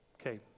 Okay